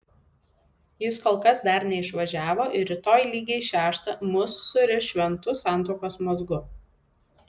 jis kol kas dar neišvažiavo ir rytoj lygiai šeštą mus suriš šventu santuokos mazgu